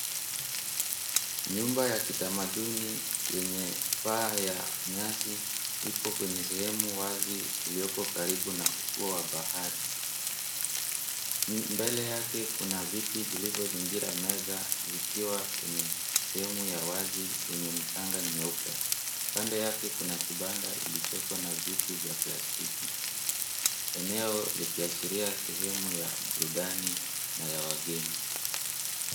Nyumba ya kitamaduni yenye paa ya nyasi ipo kwenye sehemu wazi iliyoko karibu na ufuo wa bahari. Mbele yake kuna viti vilivyozingira meza, zikiwa kwenye sehemu ya wazi yenye mchanga nyeupe. Kando yake kuna kibanda kilichoko na viti vya plastiki. Eneo likiashiria sehemu ya burudani na ya wageni.